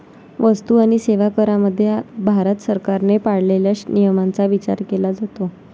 वस्तू आणि सेवा करामध्ये भारत सरकारने पाळलेल्या नियमांचा विचार केला जातो